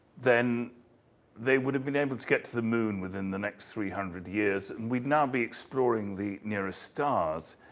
then they would have been able to get to the moon within the next three hundred years. we would not be exploring the nearest stars.